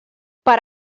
per